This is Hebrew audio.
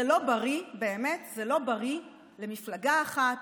זה לא בריא למפלגה אחת,